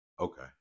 Okay